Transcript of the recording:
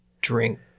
drink